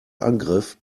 angriff